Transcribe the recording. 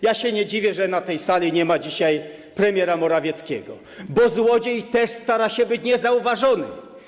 Ja się nie dziwię, że na tej sali nie ma dzisiaj premiera Morawieckiego, bo złodziej też stara się być niezauważony.